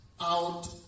out